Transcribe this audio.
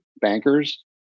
bankers